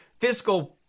fiscal